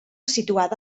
situada